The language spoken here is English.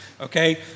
Okay